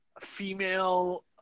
female